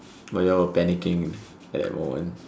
why you all panicking at that moment